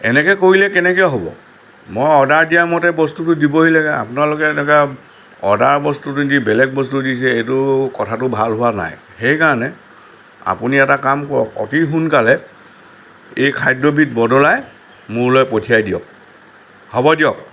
এনেকৈ কৰিলে কেনেকৈ হ'ব মই অৰ্ডাৰ দিয়ামতে বস্তুটো দিবহি লাগে আপোনালোকে এনেকৈ অৰ্ডাৰৰ বস্তু নিদি বেলেগ বস্তু দিছে এইটো কথাটো ভাল হোৱা নাই সেইকাৰণে আপুনি এটা কাম কৰক অতি সোনকালে এই খাদ্যবিধ বদলাই মোলৈ পঠিয়াই দিয়ক হ'ব দিয়ক